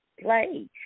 play